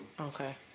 Okay